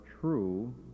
true